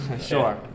Sure